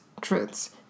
truths